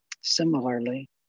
Similarly